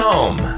Home